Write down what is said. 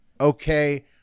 Okay